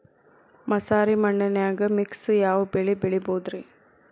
ಮಸಾರಿ ಮಣ್ಣನ್ಯಾಗ ಮಿಕ್ಸ್ ಯಾವ ಬೆಳಿ ಬೆಳಿಬೊದ್ರೇ?